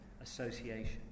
association